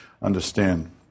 understand